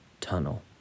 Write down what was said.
tunnel